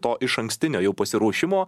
to išankstinio jau pasiruošimo